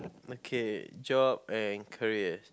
okay job and career